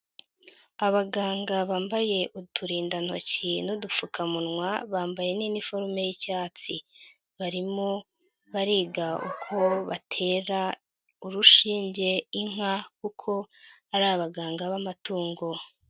Abaganga bambaye uturindantoki n'udupfukamunwa bambaye n'iniforume y'icyatsi, barimo bariga uko batera urushinge inka kuko ari abaganga b'amatungo.